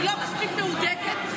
היא לא מספיק מהודקת,